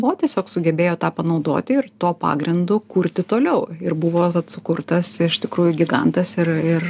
o tiesiog sugebėjo tą panaudoti ir tuo pagrindu kurti toliau ir buvo sukurtas iš tikrųjų gigantas ir ir